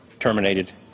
terminated